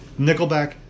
Nickelback